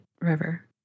River